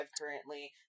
currently